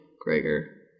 Gregor